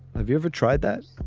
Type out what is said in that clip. have you ever tried that?